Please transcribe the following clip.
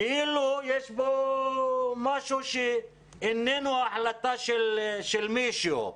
כאילו יש פה משהו שאיננו החלטה של מישהו.